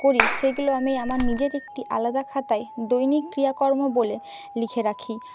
করি সেগুলো আমি আমার নিজের একটি আলাদা খাতায় দৈনিক ক্রিয়া কর্ম বলে লিখে রাখি